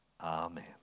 amen